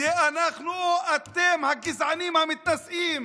זה אנחנו או אתם, הגזענים המתנשאים